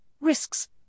risks